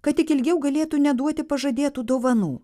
kad tik ilgiau galėtų neduoti pažadėtų dovanų